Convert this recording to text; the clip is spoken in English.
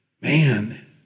man